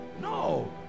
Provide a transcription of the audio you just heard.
no